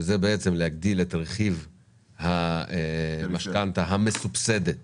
שזה בעצם להגדיל את רכיב המשכנתא המסובסדת